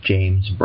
James